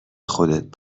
خودت